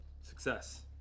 Success